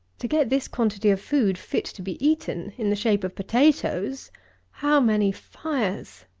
to get this quantity of food, fit to be eaten, in the shape of potatoes how many fires!